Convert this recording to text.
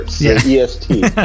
EST